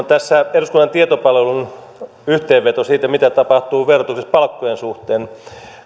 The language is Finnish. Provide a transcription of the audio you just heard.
tässä eduskunnan tietopalvelun yhteenveto siitä mitä tapahtuu verotuksessa palkkojen suhteen